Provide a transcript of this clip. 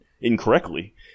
incorrectly